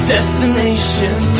Destination